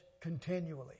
continually